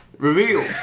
Reveal